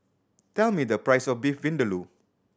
tell me the price of Beef Vindaloo